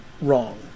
wrong